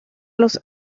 los